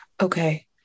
Okay